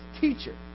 Teacher